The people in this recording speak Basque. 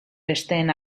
besteen